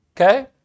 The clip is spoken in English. Okay